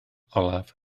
olaf